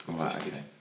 Okay